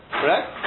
Correct